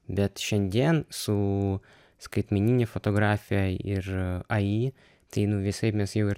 bet šiandien su skaitmenine fotografija ir a y tai nu visai mes jau ir